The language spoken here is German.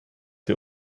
wir